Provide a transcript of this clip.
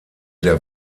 der